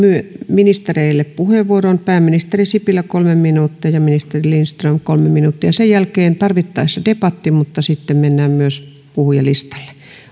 ministereille puheenvuoron pääministeri sipilä kolme minuuttia ja ministeri lindström kolme minuuttia sen jälkeen tarvittaessa debatti mutta sitten mennään myös puhujalistalle